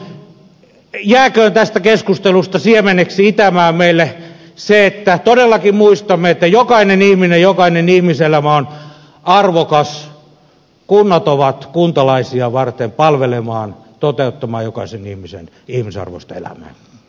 elintärkeää on jääköön tästä keskustelusta siemeneksi itämään meille se että todellakin muistamme että jokainen ihminen jokainen ihmiselämä on arvokas kunnat ovat kuntalaisia varten palvelemaan toteuttamaan jokaisen ihmisen ihmisarvoista elämää